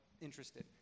interested